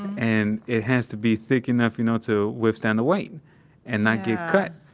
and it has to be thick enough, you know, to withstand the weight and not get cut